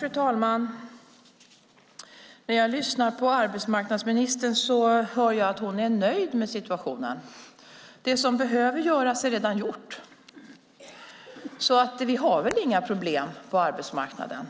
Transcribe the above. Fru talman! När jag lyssnar på arbetsmarknadsministern hör jag att hon är nöjd med situationen. Det som behöver göras är redan gjort. Vi har väl inga problem på arbetsmarknaden.